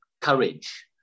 courage